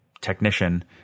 technician